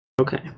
Okay